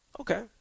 Okay